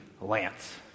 Lance